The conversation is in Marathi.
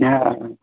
हां